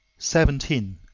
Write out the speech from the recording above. seventeen.